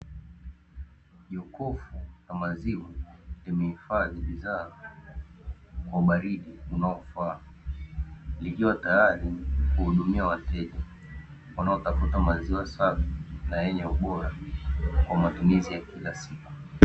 Jukofu la maziwa limehifadhi bidhaa kwa ubaridi unaofaa, likiwa tayari kuhudumia wateja wanaotafuta maziwa safi na yenye ubora kwa matumizi ya kila siku.